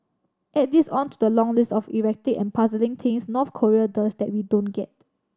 add this on to the long list of erratic and puzzling things North Korea does that we don't get